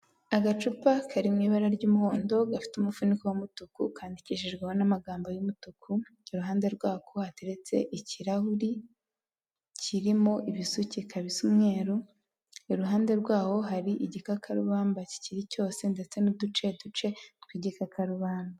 Agacupa kari mu ibara ry'umuhondo, gafite umufuniko w'umutuku, kandikishijweho n'amagambo y'umutuku, iruhande rwako hateretse ikirahuri kirimo ibisukika bisa umweru, iruhande rwaho hari igikakarubamba kikiri cyose, ndetse n'uduce duce tw'igikakarubamba.